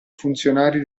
funzionari